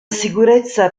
sicurezza